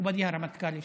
מכובדי הרמטכ"ל לשעבר?